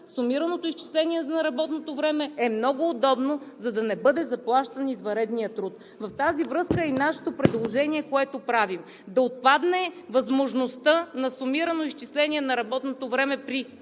сумираното изчисление на работното време е много удобно, за да не бъде заплащан извънредният труд. В тази връзка е и нашето предложение, което правим, да отпадне възможността на сумирано изчисление на работното време при